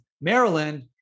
Maryland